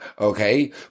okay